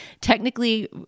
technically